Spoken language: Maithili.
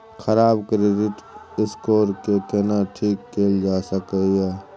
खराब क्रेडिट स्कोर के केना ठीक कैल जा सकै ये?